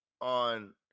on